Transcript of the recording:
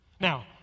Now